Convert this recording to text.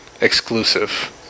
exclusive